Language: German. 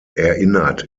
erinnert